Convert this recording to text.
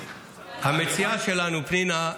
המציעה שלנו, פנינה,